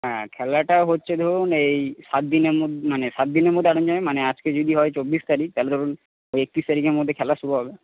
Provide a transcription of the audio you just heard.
হ্যাঁ খেলাটা হচ্ছে ধরুন এই সাতদিনের মধ্যে মানে সাতদিনের মধ্যে অ্যারেঞ্জ হবে মানে আজকে যদি হয় চব্বিশ তারিখ তাহলে ধরুন একত্রিশ তারিখের মধ্যে খেলা শুরু হবে